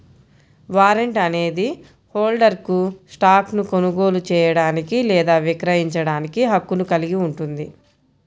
warrant అనేది హోల్డర్కు స్టాక్ను కొనుగోలు చేయడానికి లేదా విక్రయించడానికి హక్కును కలిగి ఉంటుంది